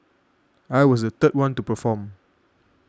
I was the third one to perform